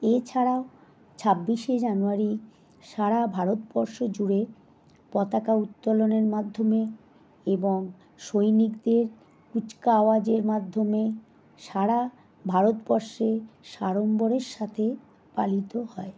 এছাড়াও ছাব্বিশে জানুয়ারি সারা ভারতবর্ষ জুড়ে পতাকা উত্তোলনের মাধ্যমে এবং সৈনিকদের কুচকাওয়াজের মাধ্যমে সারা ভারতবর্ষে সাড়ম্বরের সাথে পালিত হয়